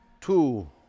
Two